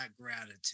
gratitude